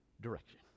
direction